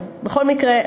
בכל מקרה,